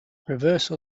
reverse